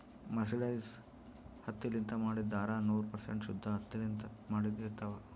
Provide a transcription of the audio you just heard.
mercerized ಹತ್ತಿಲಿಂತ್ ಮಾಡಿದ್ದ್ ಧಾರಾ ನೂರ್ ಪರ್ಸೆಂಟ್ ಶುದ್ದ್ ಹತ್ತಿಲಿಂತ್ ಮಾಡಿದ್ದ್ ಇರ್ತಾವ್